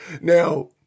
Now